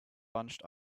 bunched